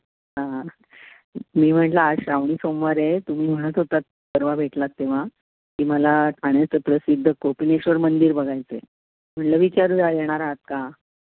हां मी म्हटलं आज श्रावणी सोमवार आहे तुम्ही म्हणत होतात परवा भेटलात तेव्हा की मला ठाण्याचं प्रसिद्ध कोपिनेश्वर मंदिर बघायचं आहे म्हटलं विचारूया येणार आहात का